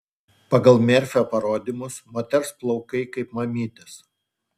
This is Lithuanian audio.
pagal merfio parodymus moters plaukai kaip mamytės